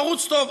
ערוץ טוב.